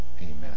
Amen